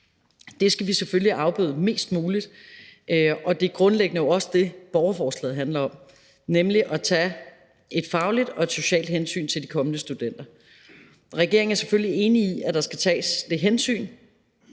Det skal vi selvfølgelig afbøde mest muligt, og det er grundlæggende også det, borgerforslaget handler om, nemlig at tage et fagligt og et socialt hensyn til de kommende studenter. Regeringen er selvfølgelig enig i, at der skal tages det hensyn,